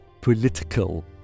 political